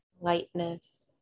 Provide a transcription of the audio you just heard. lightness